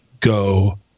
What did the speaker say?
go